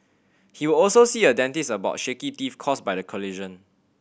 he will also see a dentist about shaky teeth caused by the collision